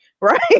right